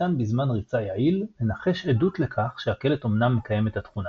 ניתן בזמן ריצה יעיל לנחש עדות לכך שהקלט אמנם מקיים את התכונה.